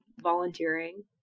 volunteering